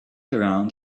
around